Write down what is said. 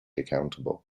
accountable